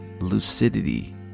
lucidity